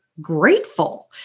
grateful